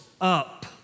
up